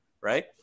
right